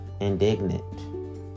indignant